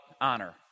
honor